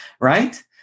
right